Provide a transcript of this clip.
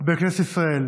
בכנסת ישראל